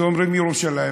כשאומרים ירושלים,